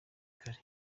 kare